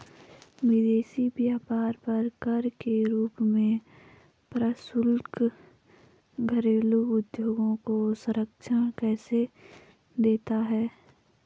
विदेशी व्यापार पर कर के रूप में प्रशुल्क घरेलू उद्योगों को संरक्षण कैसे देता है?